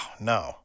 no